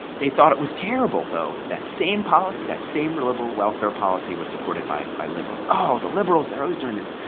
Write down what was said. they thought it was terrible, though, if that same policy, that same liberal welfare policy, was supported by by liberals. oh, the liberals. they're always doing this,